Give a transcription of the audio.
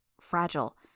fragile